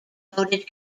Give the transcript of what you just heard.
voted